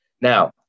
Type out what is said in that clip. Now